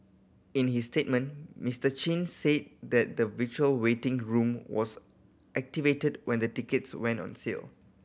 in his statement Mister Chin said that the virtual waiting room was activated when the tickets went on sale